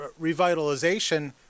revitalization